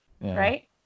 Right